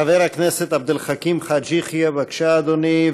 חבר הכנסת עבד אל חכים חאג' יחיא, בבקשה, אדוני.